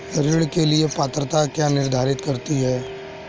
ऋण के लिए पात्रता क्या निर्धारित करती है?